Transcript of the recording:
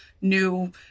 new